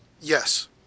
Yes